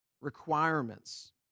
requirements